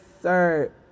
sir